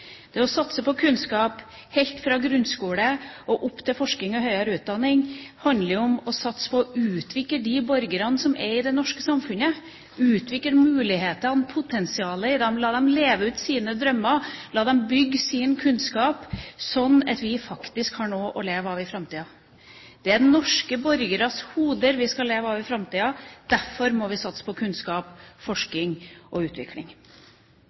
Det å satse på kunnskap helt fra grunnskole og opp til forskning og høyere utdanning handler om å satse på og å utvikle borgerne i det norske samfunnet, utvikle mulighetene og potensialet i dem, la dem leve ut sine drømmer, la dem bygge sin kunnskap, sånn at vi faktisk har noe å leve av i framtida. Det er norske borgeres hoder vi skal leve av i framtida. Derfor må vi satse på kunnskap, forskning og utvikling.